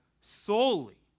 solely